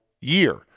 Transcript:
year